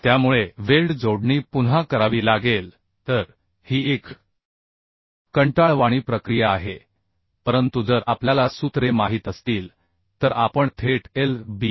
त्यामुळे वेल्ड जोडणी पुन्हा करावी लागेल तर ही एक कंटाळवाणी प्रक्रिया आहे परंतु जर आपल्याला सूत्रे माहित असतील तर आपण थेट LB